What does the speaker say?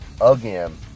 again